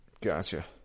Gotcha